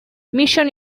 mission